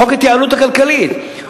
חוק התייעלות הכלכלית,